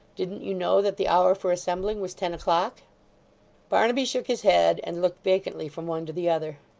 didn't you know that the hour for assembling was ten o'clock barnaby shook his head and looked vacantly from one to the other.